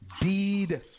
deed